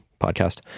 podcast